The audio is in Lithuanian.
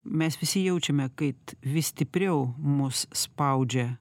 mes visi jaučiame kaip vis stipriau mus spaudžia